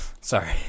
Sorry